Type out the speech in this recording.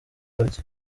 barya